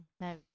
no